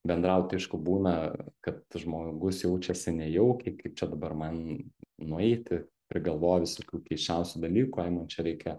bendraut aišku būna kad žmogus jaučiasi nejaukiai kaip čia dabar man nueiti prigalvo visokių keisčiausių dalykų ai man čia reikia